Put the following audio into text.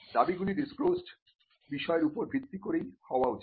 দাবিগুলি disclosed বিষয়ের উপর ভিত্তি করেই হওয়া উচিত